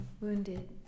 Wounded